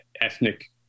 ethnic